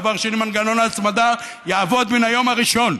דבר שני, מנגנון ההצמדה יעבוד מהיום הראשון,